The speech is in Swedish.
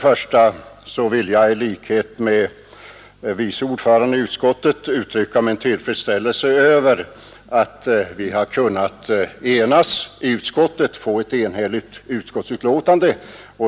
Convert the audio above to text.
Först vill jag då i likhet med utskottets vice ordförande uttrycka tillfredsställelse över att vi har kunnat enas i utskottet och skriva ett enhälligt utskottsbetänkande.